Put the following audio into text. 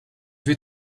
vais